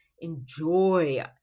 enjoy